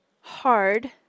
hard